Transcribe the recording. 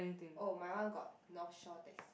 oh my one got North-Shore taxi